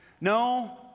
No